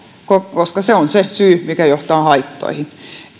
koska se on se syy mikä johtaa haittoihin